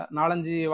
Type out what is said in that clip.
Nalanji